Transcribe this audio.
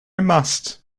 must